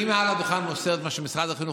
אני מעל הדוכן מוסר את מה שמשרד החינוך